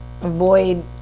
avoid